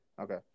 okay